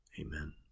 Amen